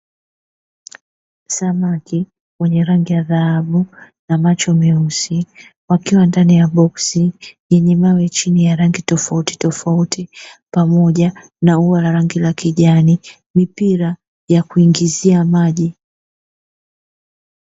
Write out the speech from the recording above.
Samaki wenye rangi ya dhahabu na macho m.eusi wakiwa ndani ya boksi yenye mawe chini ya rangi tofautitofauti, pamoja na ua lenye rangi ya kijani mipira ya kuingizia maji.